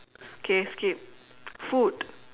K skip food